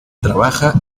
trabaja